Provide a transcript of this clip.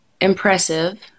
impressive